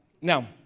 Now